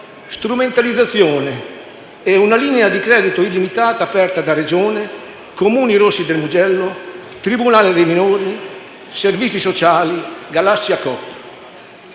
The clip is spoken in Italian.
«strumentalizzazione» e una «linea di credito illimitata» aperta da Regione, Comuni rossi del Mugello, tribunale per i minorenni, servizi sociali, galassia coop.